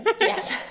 yes